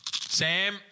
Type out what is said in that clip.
Sam